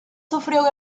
sufrió